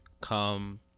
come